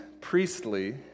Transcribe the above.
priestly